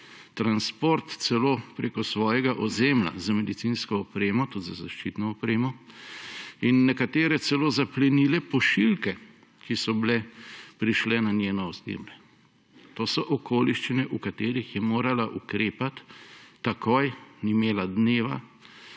transport celo preko svojega ozemlja za medicinsko opremo, tudi za zaščitno opremo, in nekatere celo zaplenile pošiljke, ki so bile prišle na njihovo ozemlje. To so okoliščine, v katerih je morala ukrepati takoj, ni imela dneva